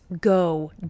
go